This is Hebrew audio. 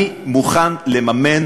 אני מוכן לממן